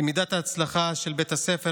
למידת ההצלחה של בית הספר.